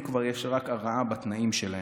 אם כבר, יש רק הרעה בתנאים שלהם.